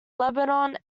lebanon